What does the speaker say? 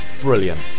brilliant